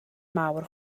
mawr